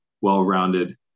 well-rounded